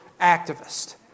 activist